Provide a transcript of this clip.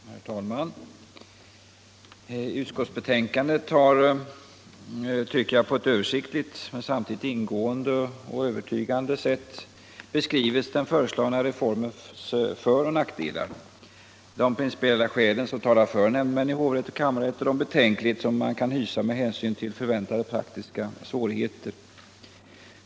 Herr talman! I utskottsbetänkandet har, tycker jag, på ett översiktligt men samtidigt ingående och övertygande sätt beskrivits den föreslagna reformens föroch nackdelar; de principiella skälen som talar för nämndemän i hovrätt och kammarrätt — och de betänkligheter man kan hysa med hänsyn till förväntade praktiska svårigheter.